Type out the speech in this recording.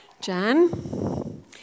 Jan